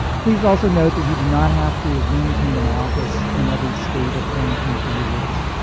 please also note that you do not have to have maintained an office in every state or foreign country you list